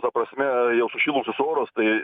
ta prasme jau sušilus orus tai